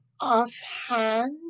offhand